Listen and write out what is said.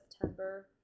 September